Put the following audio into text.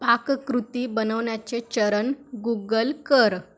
पाककृती बनवण्याचे चरण गुगल कर